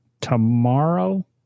tomorrow